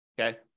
Okay